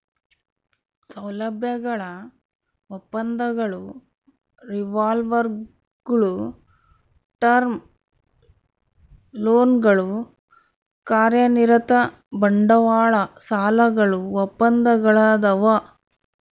ಸೌಲಭ್ಯಗಳ ಒಪ್ಪಂದಗಳು ರಿವಾಲ್ವರ್ಗುಳು ಟರ್ಮ್ ಲೋನ್ಗಳು ಕಾರ್ಯನಿರತ ಬಂಡವಾಳ ಸಾಲಗಳು ಒಪ್ಪಂದಗಳದಾವ